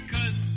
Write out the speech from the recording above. Cause